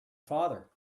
father